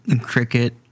cricket